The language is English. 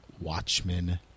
Watchmen